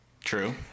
true